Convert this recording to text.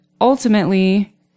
ultimately